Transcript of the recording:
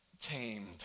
tamed